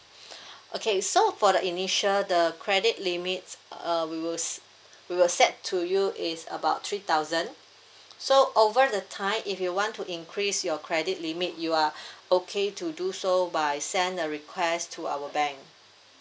okay so for the initial the credit limit uh we will s~ we will set to you is about three thousand so over the time if you want to increase your credit limit you are okay to do so by send the request to our bank